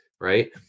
right